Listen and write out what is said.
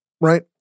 right